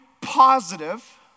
positive